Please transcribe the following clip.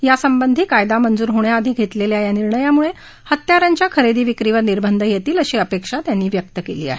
यासंबधी कायदा मंजूर होण्याआधी घेतलेल्या या निर्णयामुळे हत्यारांच्या खरेदी विक्रीवर निर्बंध येतील अशी अपेक्षा त्यांनी व्यक्त् केली आहे